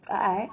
uh art